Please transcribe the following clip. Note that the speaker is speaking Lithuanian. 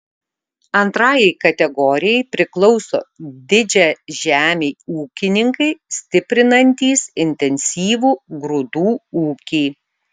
antrajai kategorijai priklauso didžiažemiai ūkininkai stiprinantys intensyvų grūdų ūkį